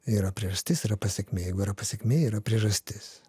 yra priežastis yra pasekmė jeigu yra pasekmė yra priežastis